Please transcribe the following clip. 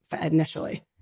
initially